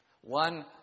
One